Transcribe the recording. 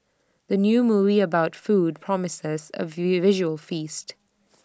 the new movie about food promises A visual feast